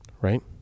Right